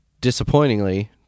disappointingly